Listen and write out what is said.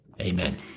Amen